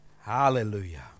Hallelujah